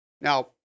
Now